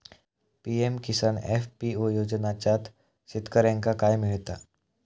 PM Kisan FPO योजनाच्यात शेतकऱ्यांका काय मिळता?